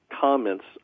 comments